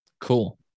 cool